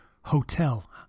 Hotel